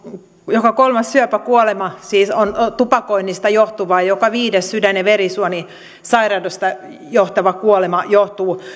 joka kolmas syöpäkuolema on tupakoinnista johtuva ja joka viides sydän ja verisuonisairaudesta johtuva kuolema johtuu